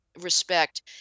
respect